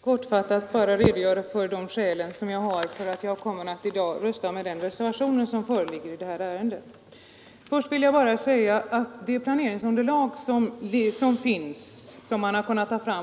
Herr talman! Jag skall mycket kortfattat redogöra för de skäl jag har för att i dag rösta för den reservation som föreligger i detta ärende. Först vill jag säga att vi vet att det planeringsunderlag